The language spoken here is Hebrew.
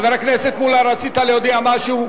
חבר הכנסת מולה, רצית להודיע משהו?